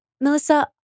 Melissa